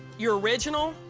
you're original.